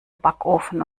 backofen